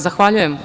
Zahvaljujem.